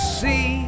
see